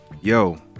yo